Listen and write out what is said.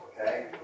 okay